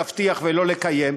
להבטיח ולא לקיים,